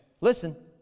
Listen